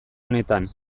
honetan